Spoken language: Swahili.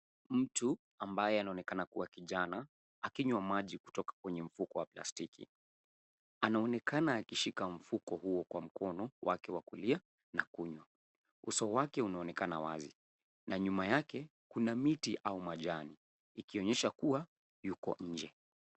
Mtu ambaye anaonekana kuwa kijana akinywa maji kutoka kwenye mfuko wa plastiki. Anaonekana akishika mfuko huo kwa mkono wake wa kulia na kunywa. Uso wake unaonekana wazi na nyuma yake kuna miti au majani ikionyesha kuwa yuko nje.